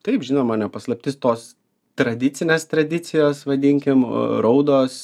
taip žinoma ne paslaptis tos tradicinės tradicijos vadinkim raudos